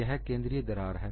यह केंद्रीय दरार है